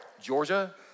Georgia